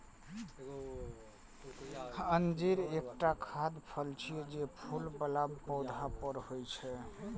अंजीर एकटा खाद्य फल छियै, जे फूल बला पौधा पर होइ छै